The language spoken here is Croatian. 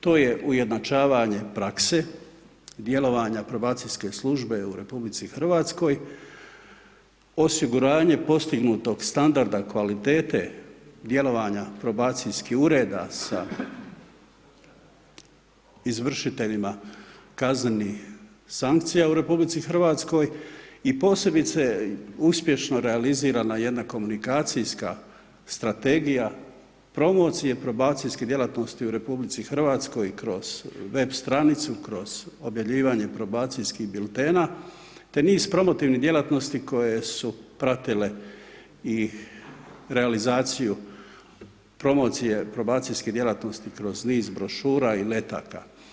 To je ujednačavanje prakse, djelovanja Probacijske službe u RH, osiguranje postignutog standarda kvalitete djelovanja Probacijskih ureda sa izvršiteljima kaznenih sankcija u RH i posebice uspješno realizirana jedna komunikacijska strategija promocije probacijskih djelatnosti u RH kroz web stranicu, kroz objavljivanje probacijskih biltena, te niz promotivnih djelatnosti koje su pratile i realizaciju promocije probacijskih djelatnosti kroz niz brošura i letaka.